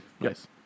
Yes